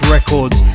Records